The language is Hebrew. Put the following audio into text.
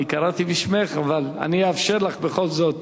קראתי בשמך אבל אאפשר לך בכל זאת